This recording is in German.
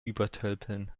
übertölpeln